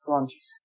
countries